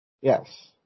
Yes